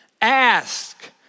ask